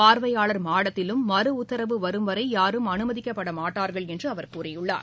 பார்வையாளர் மாடத்திலும் மறு உத்தரவு வரும் வரை யாரும் அனுமதிக்கப்பட மாட்டார்கள் என்று அவர் கூறியுள்ளார்